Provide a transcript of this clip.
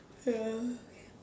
ya okay